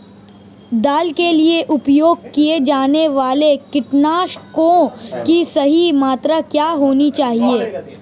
दाल के लिए उपयोग किए जाने वाले कीटनाशकों की सही मात्रा क्या होनी चाहिए?